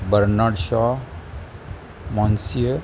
Bernat Shaw मॉसिय